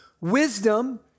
Wisdom